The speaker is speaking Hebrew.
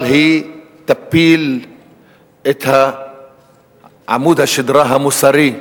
אבל היא תפיל את עמוד השדרה המוסרי,